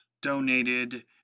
donated